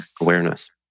awareness